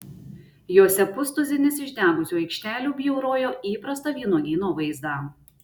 jose pustuzinis išdegusių aikštelių bjaurojo įprastą vynuogyno vaizdą